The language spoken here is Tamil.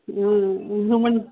ம் உமென்